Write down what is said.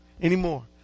anymore